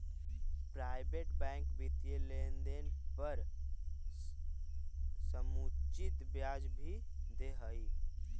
private bank वित्तीय लेनदेन पर समुचित ब्याज भी दे हइ